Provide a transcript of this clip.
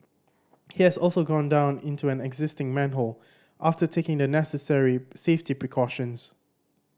he has also gone down into an existing manhole after taking the necessary safety precautions